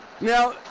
Now